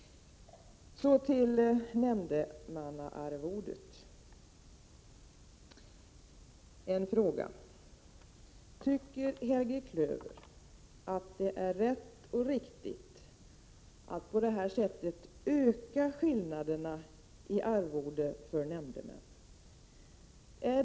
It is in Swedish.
Så till nämndemannaarvodet. Tycker Helge Klöver att det är rätt och riktigt att på detta sätt öka skillnaderna i arvode mellan nämndemännen?